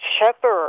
shepherd